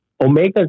Omega